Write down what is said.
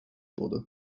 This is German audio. wurde